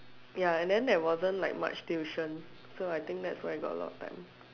ya and then there wasn't like much tuition so I think that's why got a lot of time